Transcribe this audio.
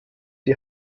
die